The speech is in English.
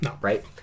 right